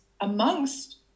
amongst